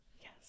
Yes